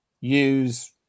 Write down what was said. use